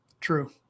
True